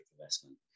investment